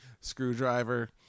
screwdriver